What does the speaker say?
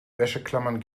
wäscheklammern